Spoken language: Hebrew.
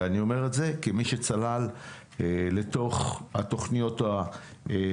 ואני אומר את זה כמי שצלל לתוך התכניות האופרטיביות,